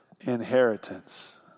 inheritance